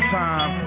time